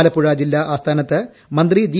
ആലപ്പുഴ ജില്ലാ ആസ്ഥാനത്ത് മന്ത്രി ജി